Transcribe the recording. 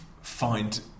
find